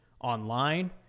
online